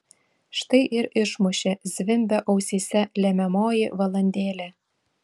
štai ir išmušė zvimbia ausyse lemiamoji valandėlė